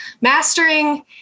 Mastering